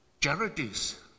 charities